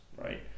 right